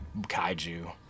kaiju